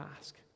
ask